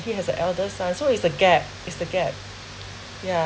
he has a elder son so is a gap is the gap yeah